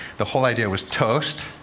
the whole idea was toast,